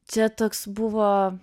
čia toks buvo